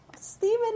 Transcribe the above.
Stephen